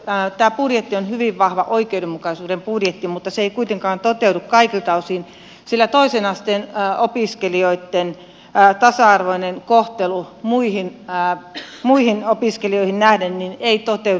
tämä budjetti on hyvin vahva oikeudenmukaisuuden budjetti mutta se ei kuitenkaan toteudu kaikilta osin sillä toisen asteen opiskelijoitten tasa arvoinen kohtelu muihin opiskelijoihin nähden ei toteudu